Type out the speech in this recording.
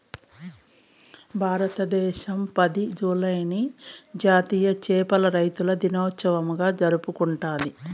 భారతదేశం పది, జూలైని జాతీయ చేపల రైతుల దినోత్సవంగా జరుపుకుంటాది